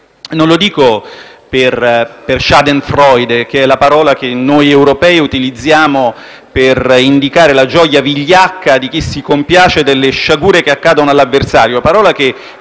Non lo dico per *Schadenfreude*, che è la parola che noi europei utilizziamo per indicare la gioia vigliacca di chi si compiace delle sciagure che accadono all'avversario (parola che